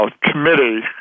committee